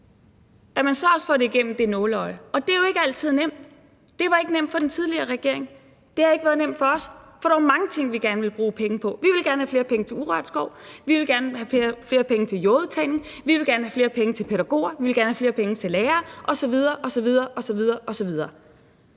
– også at få det igennem det nåleøje, og det er jo ikke altid nemt. Det var ikke nemt for den tidligere regering, og det har ikke været nemt for os, for der var mange ting, vi gerne ville bruge penge på. Vi ville gerne have flere penge til urørt skov, vi ville gerne have flere penge til jordudtagning, vi ville gerne have flere penge til pædagoger, vi ville gerne have flere penge til lærere osv. osv. Og ja, mange af os har